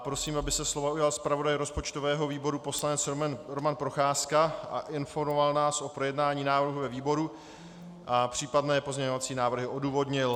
Prosím, aby se slova ujal zpravodaj rozpočtového výboru poslanec Roman Procházka a informoval nás o projednání návrhu ve výboru a případné pozměňovací návrhy odůvodnil.